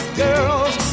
girls